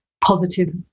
positive